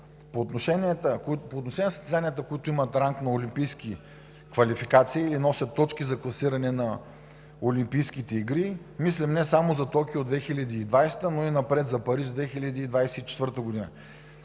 По отношение на състезанията, които имат ранг на олимпийски квалификации и носят точки за класиране на Олимпийските игри, мислим не само за Токио – 2020-а, но и напред – за Париж – 2024-а.